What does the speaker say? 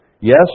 Yes